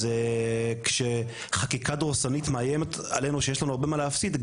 אז כשחקיקה דורסנית מאיימת עלינו שיש לנו הרבה מה להפסיד,